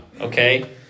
Okay